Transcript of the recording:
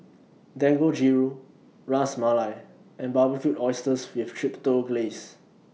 Dangojiru Ras Malai and Barbecued Oysters with Chipotle Glaze